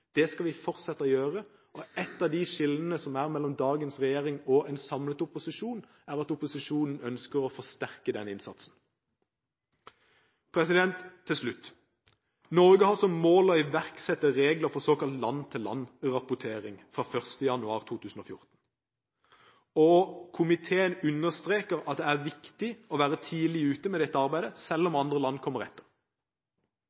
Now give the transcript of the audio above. Det skal vi fortsette å gjøre. Ett av de skillene som er mellom dagens regjering og en samlet opposisjon, er at opposisjonen ønsker å forsterke den innsatsen. Til slutt: Norge har som mål å iverksette regler for såkalt land-for-land-rapportering fra 1. januar 2014. Komiteen understreker at det er viktig å være tidlig ute med dette arbeidet selv om